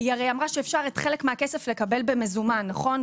היא אמרה הרי שאת חלק מהכסף אפשר לקבל במזומן נכון?